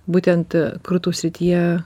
būtent krūtų srityje